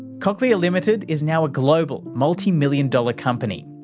cochlear ltd is now a global multi-million dollar company.